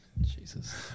Jesus